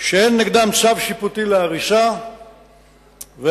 שאין נגדם צו שיפוטי להריסה, והשני,